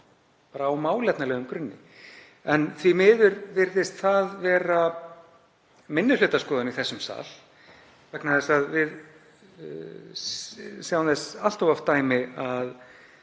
bara á málefnalegum grunni. Því miður virðist það vera minnihlutaskoðun í þessum sal vegna þess að við sjáum þess allt of oft dæmi að